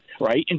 Right